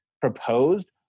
proposed